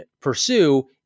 pursue